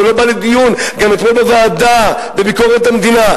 זה לא בא לדיון גם אתמול בוועדה לביקורת המדינה,